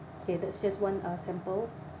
okay that's just one uh sample